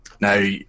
Now